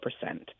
percent